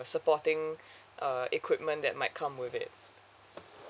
supporting uh equipment that might come with it